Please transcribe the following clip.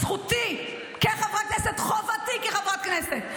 זכותי כחברת כנסת,